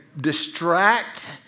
distract